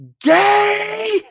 Gay